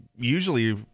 Usually